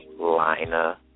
Lina